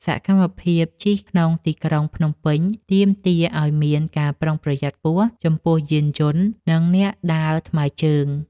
សកម្មភាពជិះក្នុងទីក្រុងភ្នំពេញ ទាមទារឱ្យមានការប្រុងប្រយ័ត្នខ្ពស់ចំពោះយានយន្ត និងអ្នកដើរថ្មើរជើង។